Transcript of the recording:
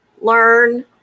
learn